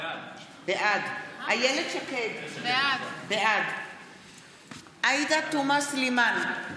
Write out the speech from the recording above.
בעד אילת שקד, בעד עאידה תומא סלימאן,